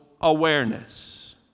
awareness